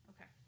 Okay